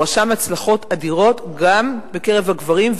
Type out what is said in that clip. אבל הוא רשם הצלחות אדירות גם בקרב הגברים,